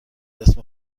اسم